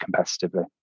competitively